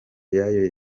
yayo